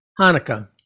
Hanukkah